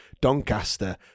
Doncaster